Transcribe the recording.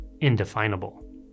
indefinable